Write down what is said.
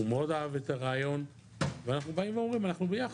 ה וא מאוד אהב את הרעיון ואנחנו באים ואומרים 'אנחנו ביחד',